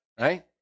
Right